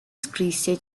scrisse